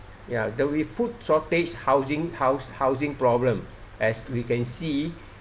ya the with food shortage housing house housing problem as we can see